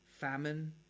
famine